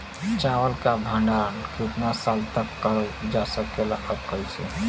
चावल क भण्डारण कितना साल तक करल जा सकेला और कइसे?